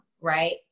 right